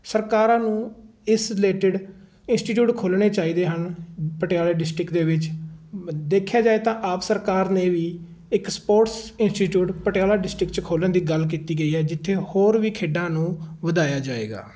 ਸਰਕਾਰਾਂ ਨੂੰ ਇਸ ਰਿਲੇਟਡ ਇੰਸਟੀਟਿਊਟ ਖੋਲਣੇ ਚਾਹੀਦੇ ਹਨ ਪਟਿਆਲੇ ਡਿਸਟ੍ਰਿਕਟ ਦੇ ਵਿੱਚ ਦੇਖਿਆ ਜਾਏ ਤਾਂ ਆਪ ਸਰਕਾਰ ਨੇ ਵੀ ਇੱਕ ਸਪੋਰਟਸ ਇੰਸਟੀਟਿਊਟ ਪਟਿਆਲਾ ਡਿਸਟ੍ਰਿਕਟ 'ਚ ਖੋਲਣ ਦੀ ਗੱਲ ਕੀਤੀ ਗਈ ਹੈ ਜਿੱਥੇ ਹੋਰ ਵੀ ਖੇਡਾਂ ਨੂੰ ਵਧਾਇਆ ਜਾਵੇਗਾ